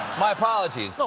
my apologies.